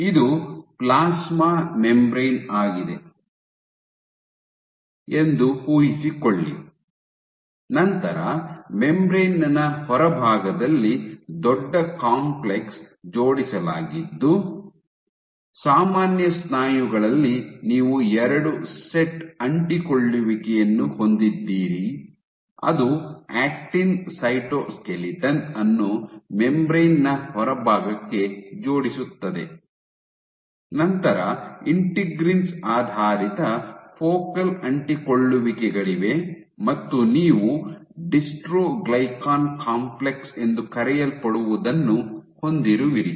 ಇದು plasma membrane ಆಗಿದೆ ಎಂದು ಊಹಿಸಿಕೊಳ್ಳಿ ನಂತರ ಮೆಂಬರೇನ್ ನ ಹೊರಭಾಗದಲ್ಲಿ ದೊಡ್ಡ ಕಾಂಪ್ಲೆಕ್ಸ್ ಜೋಡಿಸಲಾಗಿದ್ದು ಸಾಮಾನ್ಯ ಸ್ನಾಯುಗಳಲ್ಲಿ ನೀವು ಎರಡು ಸೆಟ್ ಅಂಟಿಕೊಳ್ಳುವಿಕೆಯನ್ನು ಹೊಂದಿದ್ದೀರಿ ಅದು ಆಕ್ಟಿನ್ ಸೈಟೋಸ್ಕೆಲಿಟನ್ ಅನ್ನು ಮೆಂಬರೇನ್ ನ ಹೊರಭಾಗಕ್ಕೆ ಜೋಡಿಸುತ್ತದೆ ನಂತರ ಇಂಟಿಗ್ರಿನ್ಸ್ ಆಧಾರಿತ ಫೋಕಲ್ ಅಂಟಿಕೊಳ್ಳುವಿಕೆಗಳಿವೆ ಮತ್ತು ನೀವು ಡಿಸ್ಟ್ರೊಗ್ಲಿಕನ್ ಕಾಂಪ್ಲೆಕ್ಸ್ ಎಂದು ಕರೆಯಲ್ಪಡುವದನ್ನು ಹೊಂದಿರುವಿರಿ